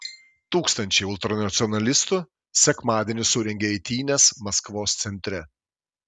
tūkstančiai ultranacionalistų sekmadienį surengė eitynes maskvos centre